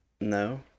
No